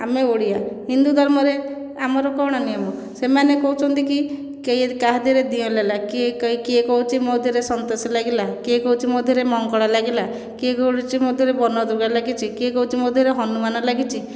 ଆମେ ଓଡ଼ିଆ ହିନ୍ଦୁ ଧର୍ମରେ ଆମର କ'ଣ ନିୟମ ସେମାନେ କହୁଛନ୍ତି କି କାହା ଦେହରେ ଦିଅଁ ଲାଗିଲା କିଏ କିଏ କହୁଛି ମୋ ଦେହରେ ସନ୍ତୋଷୀ ଲାଗିଲା କିଏ କହୁଛି ମୋ ଦେହରେ ମଙ୍ଗଳା ଲାଗିଲା କିଏ କହୁଛି ମୋ ଦେହରେ ବନଦୁର୍ଗା ଲାଗିଛି କିଏ କହୁଛି ମୋ ଦେହରେ ହନୁମାନ ଲାଗିଛି